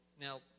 Now